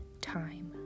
time